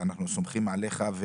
ואנחנו סומכים עליך.